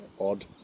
odd